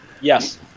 Yes